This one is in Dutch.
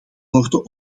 worden